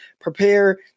prepare